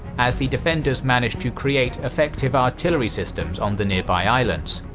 as the defenders managed to create effective artillery systems on the nearby islands.